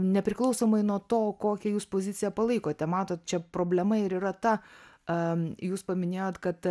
nepriklausomai nuo to kokią jūs poziciją palaikote matot čia problema ir yra ta a jūs paminėjot kad